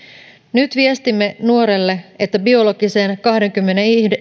nyt viestimme nuorelle että biologisen kahdenkymmenenyhden